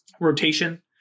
rotation